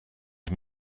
him